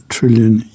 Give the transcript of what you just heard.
Trillion